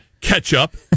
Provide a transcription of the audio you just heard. ketchup